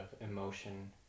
emotion